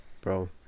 Bro